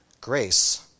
grace